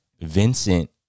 Vincent